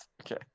okay